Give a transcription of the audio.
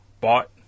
bought